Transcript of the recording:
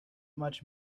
much